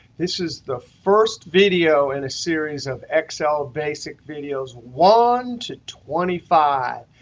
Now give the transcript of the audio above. this is the first video in a series of excel basic videos one to twenty five.